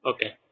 Okay